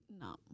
no